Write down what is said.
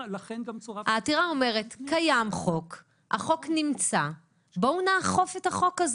העתירה אומרת שהחוק קיים ונמצא, בואו נאכוף אותו.